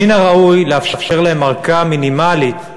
מן הראוי לאפשר להם ארכה מינימלית,